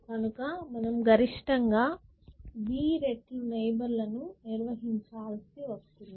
కనుక మనం గరిష్టంగా b రెట్లు నైబర్ లను నిర్వహిచాల్సి వస్తుంది